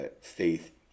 faith